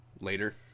later